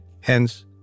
Hence